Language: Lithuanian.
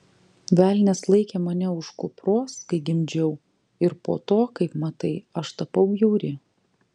velnias laikė mane už kupros kai gimdžiau ir po to kaip matai aš tapau bjauri